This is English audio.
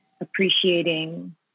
appreciating